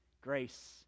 Grace